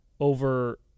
Over